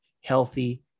healthy